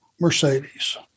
Mercedes